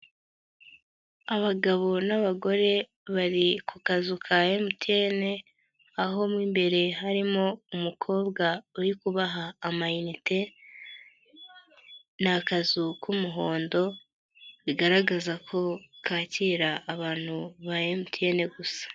Abagabo n'abagore bari ku kazu ka MTN, aho mo imbere harimo umukobwa uri kubaha amaiyinite, ni akazu k'umuhondo, bigaragaza ko kakira abantu ba MTN gusa.